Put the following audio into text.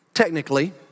Technically